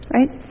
Right